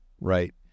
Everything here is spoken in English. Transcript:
right